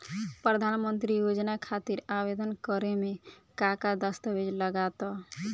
प्रधानमंत्री योजना खातिर आवेदन करे मे का का दस्तावेजऽ लगा ता?